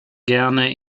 gerne